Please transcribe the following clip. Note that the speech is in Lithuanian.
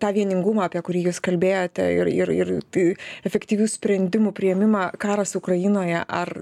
tą vieningumą apie kurį jūs kalbėjote ir ir ir tai efektyvių sprendimų priėmimą karas ukrainoje ar